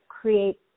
create